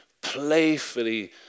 playfully